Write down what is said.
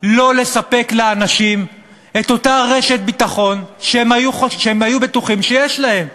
לא לתת לאנשים את אותה רשת ביטחון שהם היו בטוחים שיש להם?